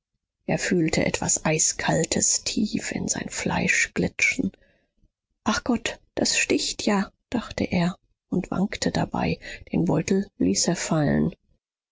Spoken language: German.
er fühlte etwas eiskaltes tief in sein fleisch glitschen ach gott das sticht ja dachte er und wankte dabei den beutel ließ er fallen